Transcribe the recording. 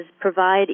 provide